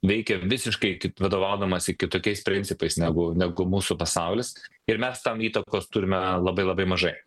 veikia visiškai ki vadovaudamasi kitokiais principais negu negu mūsų pasaulis ir mes tam įtakos turime labai labai mažai